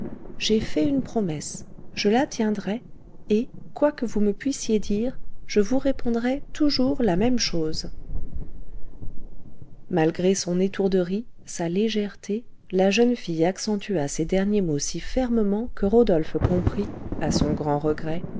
j'ai fait une promesse je la tiendrai et quoi que vous me puissiez dire je vous répondrai toujours la même chose malgré son étourderie sa légèreté la jeune fille accentua ces derniers mots si fermement que rodolphe comprit à son grand regret